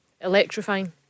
electrifying